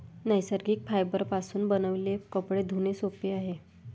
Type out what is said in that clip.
नैसर्गिक फायबरपासून बनविलेले कपडे धुणे सोपे आहे